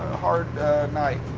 hard night.